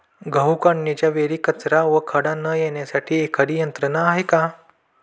गहू काढणीच्या वेळी कचरा व खडा न येण्यासाठी एखादी यंत्रणा आहे का?